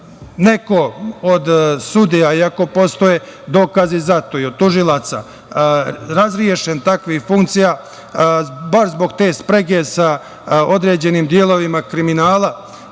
neko od sudija, iako postoje dokazi za to i od tužilaca, razrešen takvih funkcija baš zbog te sprege sa određenim delovima kriminala